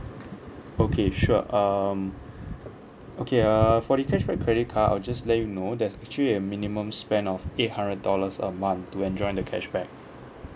okay sure um okay err for the cashback credit card I'll just let you know there's actually a minimum spend of eight hundred dollars a month to enjoy the cashback